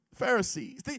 Pharisees